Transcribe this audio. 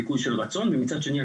של ביקוש ושל רצון ומצד שני,